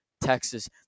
Texas